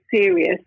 serious